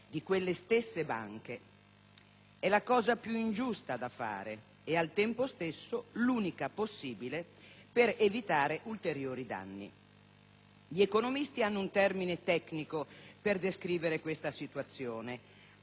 È la cosa più ingiusta da fare e al tempo stesso l'unica possibile per evitare ulteriori danni. Gli economisti hanno un termine tecnico per descrivere questa situazione: azzardo morale.